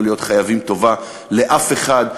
לא להיות חייבים טובה לאף אחד,